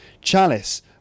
chalice